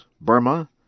Burma